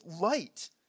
light